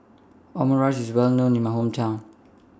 Omurice IS Well known in My Hometown